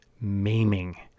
Maiming